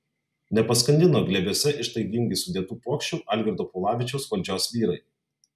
nepaskandino glėbiuose ištaigingai sudėtų puokščių algirdo paulavičiaus valdžios vyrai